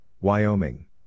Wyoming